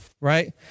right